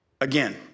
Again